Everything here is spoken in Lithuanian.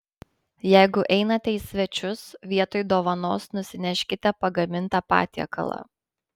jeigu einate į svečius vietoj dovanos nusineškite pagamintą patiekalą